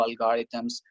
algorithms